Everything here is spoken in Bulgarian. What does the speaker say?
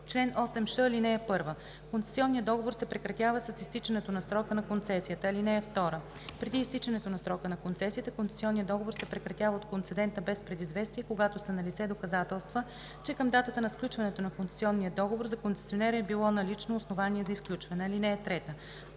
Чл. 8ш. (1) Концесионният договор се прекратява с изтичането на срока на концесията. (2) Преди изтичането на срока на концесията концесионният договор се прекратява от концедента без предизвестие, когато са налице доказателства, че към датата на сключването на концесионния договор за концесионера е било налице основание за изключване. (3)